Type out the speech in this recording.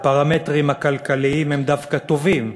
והפרמטרים הכלכליים הם דווקא טובים,